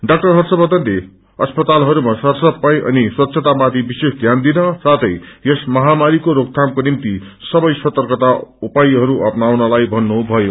ड़ा हर्षवर्धनले अस्पातालहरूमा सर सफाई अनि स्वच्छतामाथि सिवशेष ध्यान दिन साथै यस महामारीको रोकथामको निम्ति सबै सर्तकता उपायहरू अप्नाउनलाई भन्नुभयो